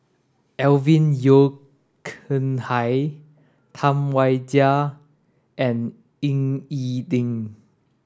Alvin Yeo Khirn Hai Tam Wai Jia and Ying E Ding